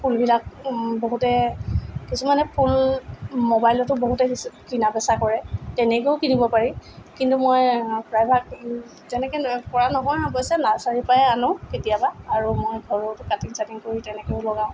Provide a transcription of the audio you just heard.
ফুলবিলাক বহুতে কিছুমানে ফুল ম'বাইলতো বহুতে কিনা বেচা কৰে তেনেকৈও কিনিব পাৰি কিন্তু মই প্ৰায়ভাগ তেনেকৈ কৰা নহয় অৱশ্যে নাৰ্ছাৰীৰ পাই আনোঁ কেতিয়াবা আৰু মই ঘৰতো কাটিং চাটিং কৰি তেনেকৈও লগাওঁ